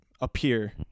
appear